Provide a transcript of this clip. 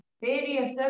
various